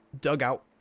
dugout